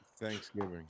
Thanksgiving